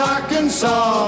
Arkansas